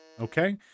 Okay